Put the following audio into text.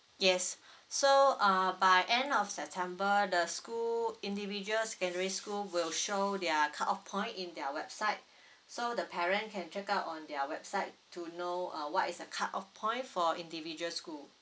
yes so uh by end of september the school individual secondary school will show their cut off point in their website so the parent can check up on their website to know uh what is the cut off point for individual school